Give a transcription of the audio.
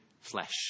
flesh